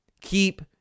keep